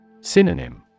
Synonym